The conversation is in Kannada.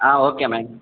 ಆ ಓಕೆ ಮೇ